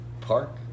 Park